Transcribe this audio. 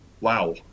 Wow